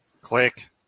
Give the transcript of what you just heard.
Click